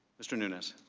mr. nunez.